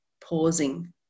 pausing